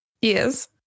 Yes